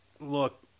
look